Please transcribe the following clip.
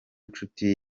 nshuti